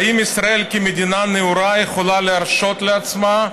האם ישראל כמדינה נאורה יכולה להרשות לעצמה,